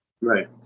right